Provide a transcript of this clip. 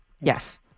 Yes